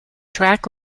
track